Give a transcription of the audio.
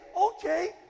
okay